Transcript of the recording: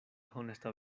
honesta